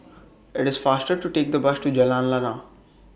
IT IS faster to Take The Bus to Jalan Lana